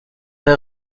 très